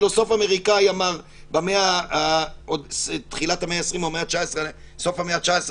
פילוסוף אמריקאי מתחילת המאה העשרים או בסוף המאה התשע-עשרה,